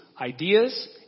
ideas